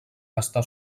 està